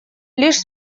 лишь